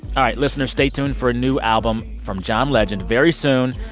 all right, listeners, stay tuned for a new album from john legend very soon.